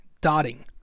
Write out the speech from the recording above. dotting